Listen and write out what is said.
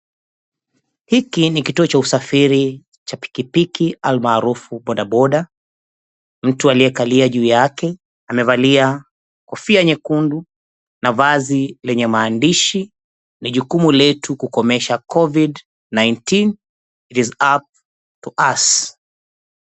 Hiki ni kituo cha usafiri cha pikipiki, almaarufu bodaboda. Mtu aliyekalia juu yake amevalia kofia nyekundu na mavazi lenye maandishi, "Ni jukumu letu kukomesha Covid-19. It is up to us".